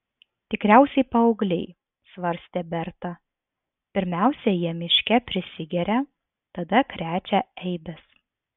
tikriausiai paaugliai svarstė berta pirmiausia jie miške prisigeria tada krečia eibes